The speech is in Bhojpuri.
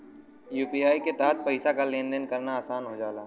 यू.पी.आई के तहत पइसा क लेन देन करना आसान हो जाला